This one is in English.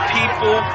people